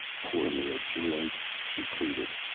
pour me a drink, he pleaded.